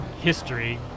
history